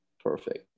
perfect